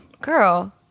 girl